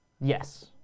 Yes